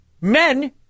men